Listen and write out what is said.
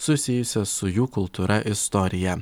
susijusias su jų kultūra istorija